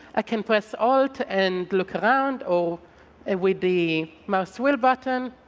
ah can press alt and look around or and with the mouse wheel button